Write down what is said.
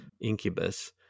incubus